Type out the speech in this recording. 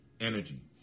energy